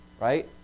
Right